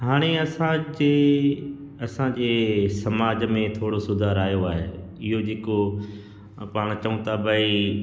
हाणे असांजे असांजे समाज में थोरो सुधार आयो आहे इहो जेको पाण चयूं था भई